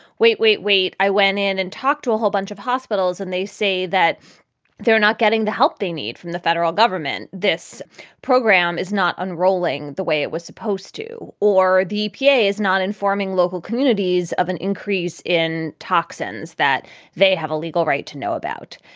wait, wait, wait. i went in and talked to a whole bunch of hospitals and they say that they're not getting the help they need from the federal government. this program is not unrolling the way it was supposed to or the epa is not informing local communities of an increase in toxins that they have a legal right to know about.